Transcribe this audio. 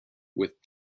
with